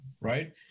right